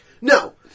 No